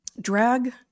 drag